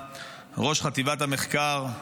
ראש חטיבת המחקר,